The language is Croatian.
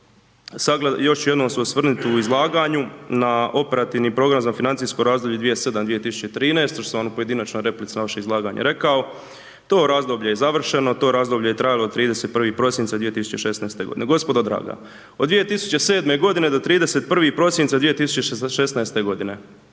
još ću jednom se osvrnuti na izlaganju, na operativni program za financijsko razdoblje 2007.-2013., što sam u pojedinačnoj replici na vaše izlaganje rekao, to razdoblje je završeno, to razdoblje je trajalo do 31. prosinca 2016. godine. Gospodo draga, od 2007. g. do 31. prosinca 2016. godine.